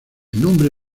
nombre